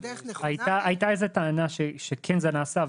הייתה איזו טענה שכן זה נעשה,